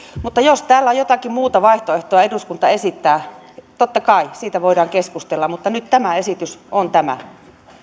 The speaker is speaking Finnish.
jos täällä jotakin muuta vaihtoehtoa eduskunta esittää totta kai siitä voidaan keskustella mutta nyt esitys on tämä